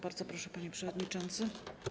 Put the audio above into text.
Bardzo proszę, panie przewodniczący.